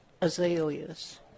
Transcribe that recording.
azaleas